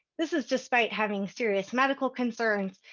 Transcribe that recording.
this is despite having serious medical concerns.